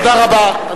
תודה רבה.